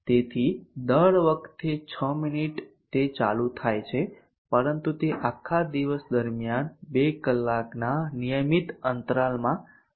તેથી દર વખતે 6 મિનિટ તે ચાલુ થાય છે પરંતુ તે આખા દિવસ દરમિયાન 2 કલાકના નિયમિત અંતરાલમાં ચાલુ થાય છે